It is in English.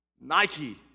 Nike